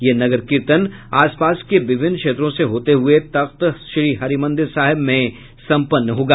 यह नगर कीर्तन आस पास के विभिन्न क्षेत्रों से होते हुये तख्त श्रीहरिमंदिर साहिब में सम्पन्न होगा